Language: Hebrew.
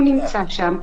הוא נמצא שם,